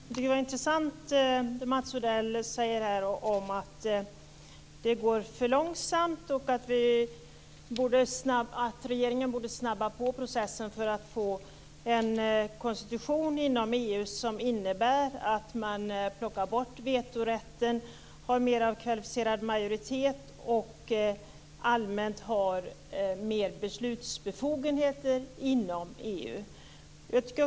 Fru talman! Det Mats Odell sade om att det går för långsamt och att regeringen borde snabba på processen för att få en konstitution inom EU som innebär att vetorätten plockas bort, fler beslut med kvalificerad majoritet och allmänt mer beslutsbefogenheter inom EU var intressant.